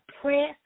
press